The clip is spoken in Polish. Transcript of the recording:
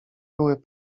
były